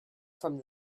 from